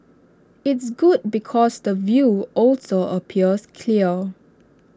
it's good because the view also appears clear